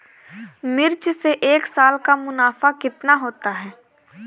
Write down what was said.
मिर्च से एक साल का मुनाफा कितना होता है?